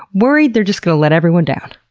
worried they're just going to let everyone down.